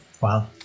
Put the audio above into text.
Wow